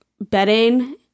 bedding